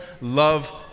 love